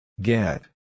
Get